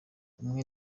umwe